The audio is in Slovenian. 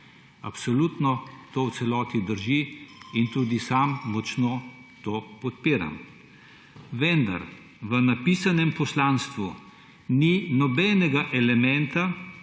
Absolutno to v celoti drži in tudi sam močno to podpiram. Vendar v napisanem poslanstvu ni nobenega elementa,